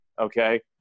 okay